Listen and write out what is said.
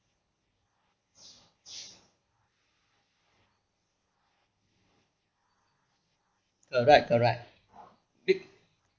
correct correct